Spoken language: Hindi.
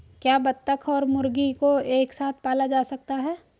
क्या बत्तख और मुर्गी को एक साथ पाला जा सकता है?